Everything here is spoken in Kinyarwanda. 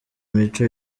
imico